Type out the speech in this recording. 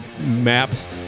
maps